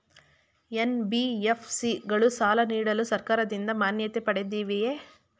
NBFC ಗಳು ಸಾಲ ನೀಡಲು ಸರ್ಕಾರದಿಂದ ಮಾನ್ಯತೆ ಪಡೆದಿವೆಯೇ?